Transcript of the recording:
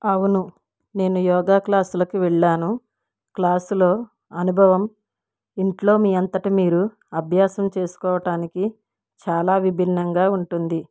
అవును నేను యోగా క్లాసులకి వెళ్ళాను క్లాసులో అనుభవం ఇంట్లో మీ అంతట మీరు అభ్యాసం చేసుకోవడానికి చాలా విభిన్నంగా ఉంటుంది